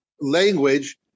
language